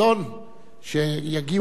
שיגיעו היהודים לארץ.